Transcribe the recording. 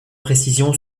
précision